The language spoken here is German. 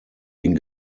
den